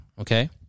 Okay